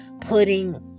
putting